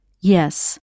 Yes